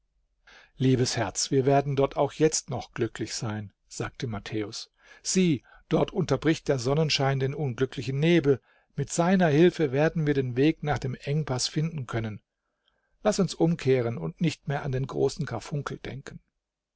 liebes herz wir werden dort auch jetzt noch glücklich sein sagte matthäus sieh dort unterbricht der sonnenschein den unglücklichen nebel mit seiner hilfe werden wir den weg nach dem engpaß finden können laß uns umkehren und nicht mehr an den großen karfunkel denken